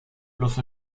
los